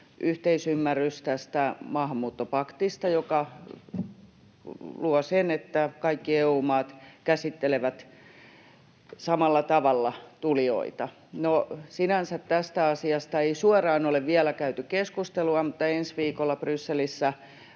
yhteisymmärrys tästä maahanmuuttopaktista, joka luo sen, että kaikki EU-maat käsittelevät tulijoita samalla tavalla. No sinänsä tästä asiasta ei suoraan ole vielä käyty keskustelua, mutta ensi viikolla Brysselissä